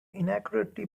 inaccurately